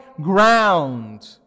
ground